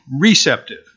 receptive